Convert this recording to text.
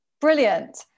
Brilliant